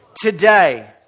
Today